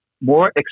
more